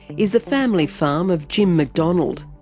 is the family farm of jim mcdonald.